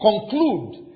conclude